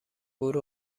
برو